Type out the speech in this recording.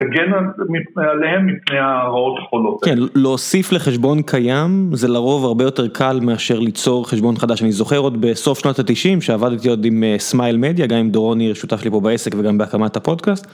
הגנו עליהם מפני הרעות החולות. כן, להוסיף לחשבון קיים זה לרוב הרבה יותר קל מאשר ליצור חשבון חדש. אני זוכר עוד בסוף שנות התשעים כשעבדתי עוד עם סמייל מדיה גם עם דורון הירש השותף שלי פה בעסק וגם בהקמת הפודקאסט.